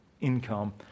income